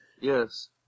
Yes